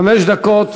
חמש דקות